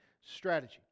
Strategy